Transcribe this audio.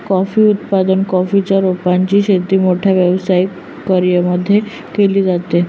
coffee उत्पादन, coffee च्या रोपांची शेती मोठ्या व्यावसायिक कर्यांमध्ये केली जाते